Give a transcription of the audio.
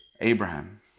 Abraham